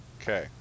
Okay